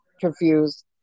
confused